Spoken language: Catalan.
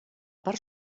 part